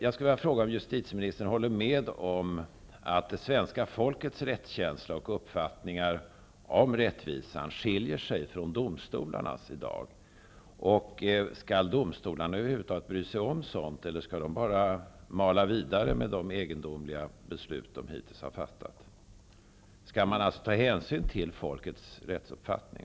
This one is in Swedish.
Jag skulle vilja fråga om justitieministern håller med om att det svenska folkets rättskänsla och uppfattning om rättvisan i dag skiljer sig från domstolarnas. Skall domstolarna över huvud taget bry sig om sådant, eller skall de bara mala vidare med de egendomliga beslut de hittills har fattat? Skall man alltså ta hänsyn till folkets rättsuppfattning?